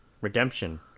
redemption